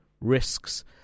risks